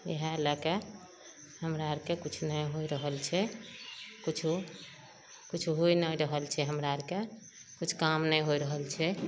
इहए लएके हमरा आरके किछु नहि होइ रहल छै कुछो होइ नै रहल छै हमराआरकए कुछ काम नै होइ रहल छै